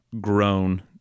grown